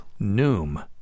Noom